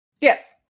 Yes